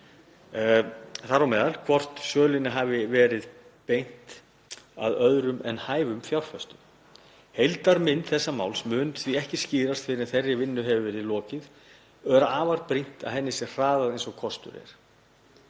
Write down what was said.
þar á meðal hvort sölunni hafi verið beint að öðrum en hæfum fjárfestum. Heildarmynd þessa máls mun því ekki skýrast fyrr en þeirri vinnu hefur verið lokið og er afar brýnt að henni sé hraðað eins og kostur er.